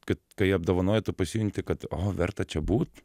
kad kai apdovanoja tu pasijunti kad o verta čia būt